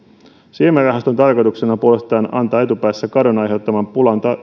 siemenrahaston tarkoituksena on puolestaan antaa etupäässä kadon aiheuttaman pulan